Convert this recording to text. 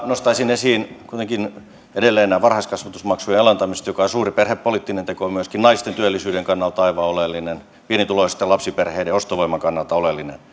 nostaisin esiin kuitenkin edelleen tämän varhaiskasvatusmaksujen alentamisen joka on suuri perhepoliittinen teko ja myöskin naisten työllisyyden kannalta aivan oleellinen pienituloisten lapsiperheiden ostovoiman kannalta oleellinen